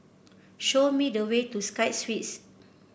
show me the way to Sky Suites